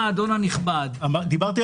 אם תגיע